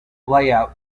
layout